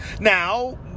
Now